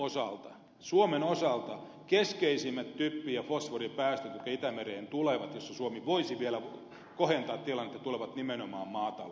mutta suomen osalta keskeisimmät typpi ja fosforipäästöt jotka itämereen tulevat joissa suomi voisi vielä kohentaa tilannetta tulevat nimenomaan maataloudesta